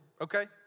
Okay